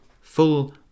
full